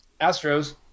Astros